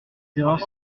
terreurs